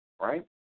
right